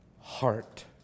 heart